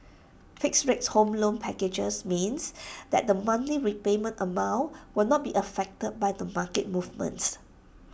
fixed rates home loan packages means that the monthly repayment amount will not be affected by the market movements